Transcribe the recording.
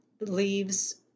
leaves